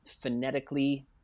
phonetically